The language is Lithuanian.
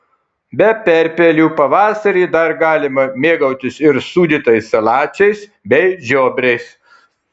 be perpelių pavasarį dar galima mėgautis ir sūdytais salačiais bei žiobriais